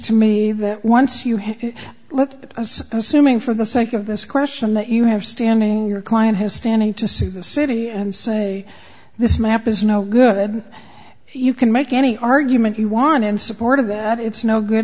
to me that once you have let us assuming for the sake of this question that you have standing your client has standing to sue the city and say this map is no good you can make any argument you want in support of that it's no good